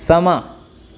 समां